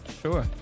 sure